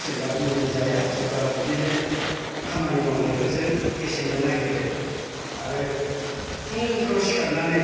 सोदबा मुलि जाया सोरबा बिदिनो खामानि मावनायफोरजों फेसेमनो नागिरो आरो फुंफ्राव सिखादनानै